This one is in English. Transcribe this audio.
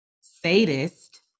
sadist